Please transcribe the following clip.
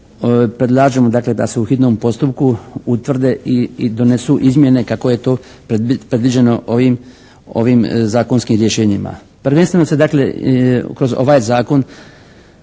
predlažemo dakle da se u hitnom postupku utvrde i donesu izmjene kako je to predviđeno ovim zakonskim rješenjima. Prvenstveno se dakle kroz ovaj Zakon